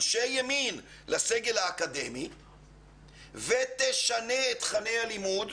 אנשי ימין לסגל האקדמי ותשנה את תוכני הלימוד,